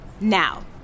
Now